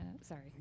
sorry